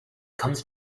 comes